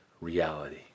reality